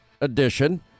edition